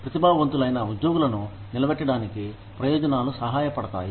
ప్రతిభావంతులైన ఉద్యోగులను నిలబెట్టడానికి ప్రయోజనాలు సహాయపడతాయి